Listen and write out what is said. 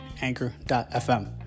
anchor.fm